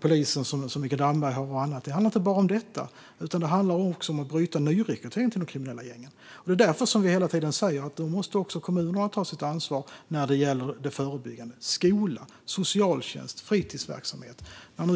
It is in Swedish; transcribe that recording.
poliser, som Mikael Damberg svarar för, och mycket annat. Det handlar inte bara om detta. Det handlar också om att bryta nyrekrytering till de kriminella gängen. Det är därför som vi hela tiden säger att också kommunerna måste ta sitt ansvar när det gäller det förebyggande. Det handlar om skola, socialtjänst och fritidsverksamhet.